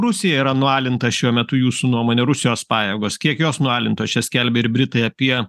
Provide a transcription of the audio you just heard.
rusija yra nualinta šiuo metu jūsų nuomone rusijos pajėgos kiek jos nualintos čia skelbia ir britai apie